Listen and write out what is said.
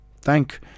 thank